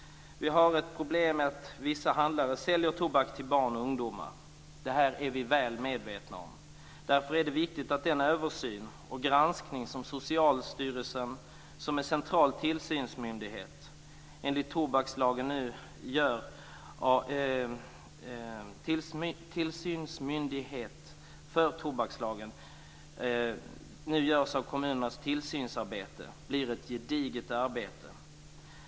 Vi har ett problem i att vissa handlare säljer tobak till barn och ungdomar. Detta är vi väl medvetna om. Därför är det viktigt att den översyn och granskning som Socialstyrelsen, som är central tillsynsmyndighet vad gäller tobakslagen, nu gör av kommunernas tillsynsarbete blir ett gediget arbete.